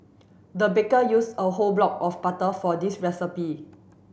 the baker used a whole block of butter for this recipe